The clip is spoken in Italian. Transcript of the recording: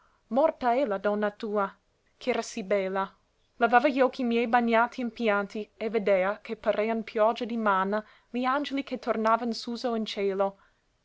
morta è la donna tua ch'era sì bella levava gli occhi miei bagnati in pianti e vedea che parean pioggia di manna li angeli che tornavan suso in cielo